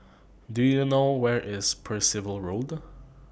Do YOU know Where IS Percival Road